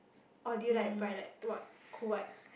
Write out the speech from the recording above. or do you like bright light what cool white